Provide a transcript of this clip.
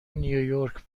نییورک